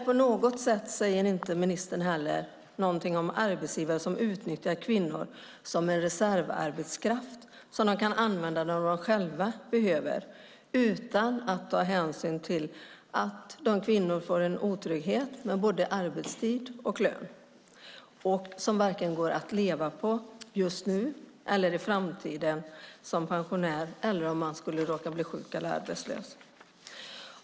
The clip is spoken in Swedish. Inte säger ministern heller någonting om arbetsgivare som utnyttjar kvinnor som en reservarbetskraft som de kan använda när de själva behöver, utan att ta hänsyn till att dessa kvinnor får en otrygghet med både arbetstid och lön, en lön som inte går att leva på vare sig just nu eller i framtiden som pensionär eller om man skulle råka bli sjuk eller arbetslös.